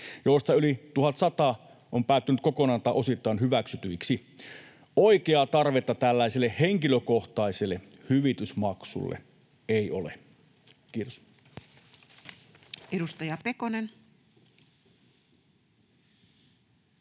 joista yli 1 100 on päätynyt kokonaan tai osittain hyväksytyiksi. Oikeaa tarvetta tällaiselle henkilökohtaiselle hyvitysmaksulle ei ole. — Kiitos.